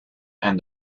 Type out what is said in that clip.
and